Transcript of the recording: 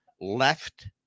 left